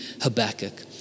Habakkuk